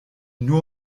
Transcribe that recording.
nur